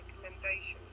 recommendations